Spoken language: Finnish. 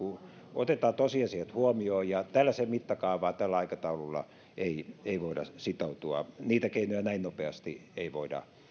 otetaan tosiasiat huomioon tällaiseen mittakaavaan tällä aikataululla ei ei voida sitoutua niitä keinoja näin nopeasti ei voida